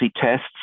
tests